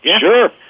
Sure